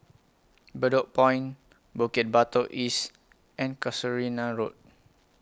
Bedok Point Bukit Batok East and Casuarina Road